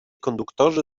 konduktorzy